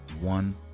one